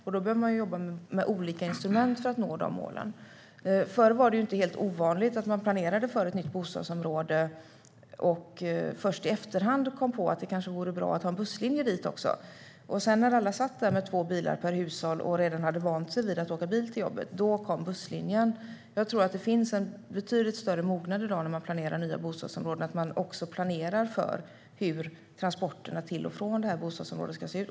Man behöver jobba med olika instrument för att nå de målen. Förr var det inte helt ovanligt att man planerade för ett nytt bostadsområde och först i efterhand kom på att det kanske vore bra att också ha en busslinje dit. När sedan alla satt där med två bilar per hushåll och redan hade vant sig vid att åka bil till jobbet kom busslinjen. Jag tror att det finns en betydligt större mognad i dag när man planerar nya bostadsområden och att man planerar för hur transporterna till och från bostadsområdet ska se ut.